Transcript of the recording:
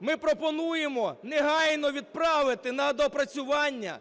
Ми пропонуємо негайно відправити на доопрацювання.